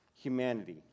humanity